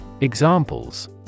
Examples